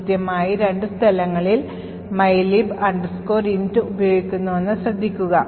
കൃത്യമായി രണ്ട് സ്ഥലങ്ങളിൽ mylib int ഉപയോഗിക്കുന്നുവെന്നത് ശ്രദ്ധിക്കുക